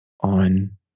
on